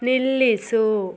ನಿಲ್ಲಿಸು